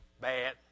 bad